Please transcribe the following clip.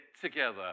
together